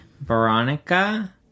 Veronica